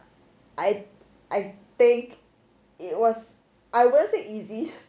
I I think it was I wouldn't say easy